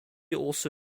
also